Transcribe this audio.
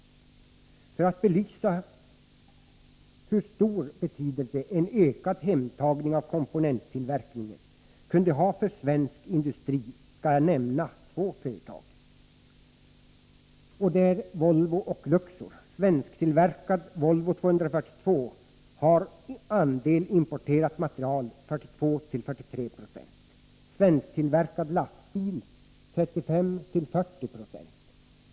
För att belysa hur stor betydelse en ökad hemtagning av komponenttillverkning kunde ha för svensk industri skall jag nämna två företag, nämligen Volvo och Luxor. Andelen importerat material i en svensktillverkad Volvo 242 är 42-43 Yo och i en svensktillverkad lastbil 35-40 26.